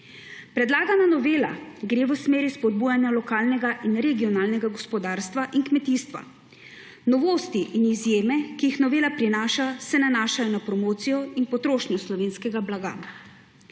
Predlagana novela gre v smeri spodbujanja lokalnega in regionalnega gospodarstva in kmetijstva. Novosti in izjeme, ki jih novela prinaša, se nanašajo na promocijo in potrošnjo slovenskega blaga.